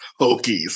Hokies